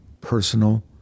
personal